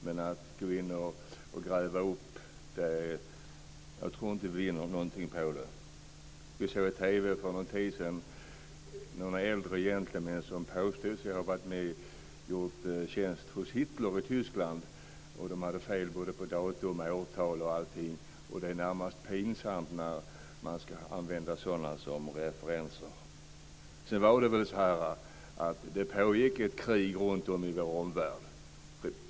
Men jag tror inte att vi vinner någonting på att gå in och gräva. Vi såg i TV för någon tid sedan några äldre gentlemän som påstod sig ha gjort tjänst hos Hitler i Tyskland. De hade fel på datum, årtal och allting. Det är närmast pinsamt när man ska använda sådana som referenser. Det pågick ett krig runtom i vår omvärld.